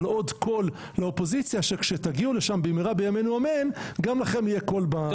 אבל עוד קול לאופוזיציה שכשתגיעו לשם במהרה בימינו אמן גם לכם יהיה קול.